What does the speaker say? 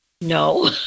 No